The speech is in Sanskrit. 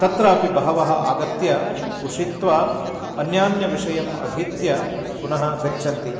तत्रापि बहवः आगत्य उशित्वा अन्यान्यविषयम् अधीत्य पुनः गच्छन्ति